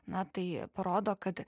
na tai parodo kad